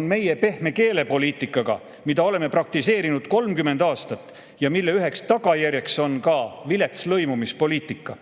on meie pehme keelepoliitikaga, mida oleme praktiseerinud 30 aastat ja mille üheks tagajärjeks on vilets lõimumispoliitika.